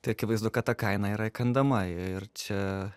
tai akivaizdu kad ta kaina yra įkandama ir čia